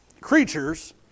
creatures